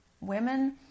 Women